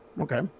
Okay